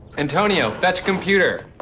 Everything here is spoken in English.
antonio that's computer.